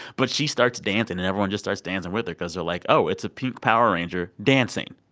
but she starts dancing and everyone just starts dancing with her because they're like, oh, it's a pink power ranger dancing.